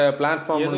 platform